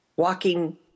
Walking